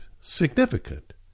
significant